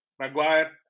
Maguire